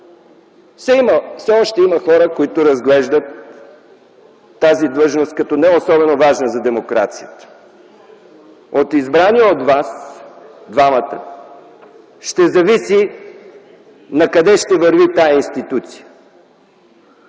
все още има хора, които разглеждат тази длъжност като не особено важна за демокрацията. От избрания от вас, двамата, ще зависи накъде ще върви тази институция.